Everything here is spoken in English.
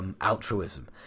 altruism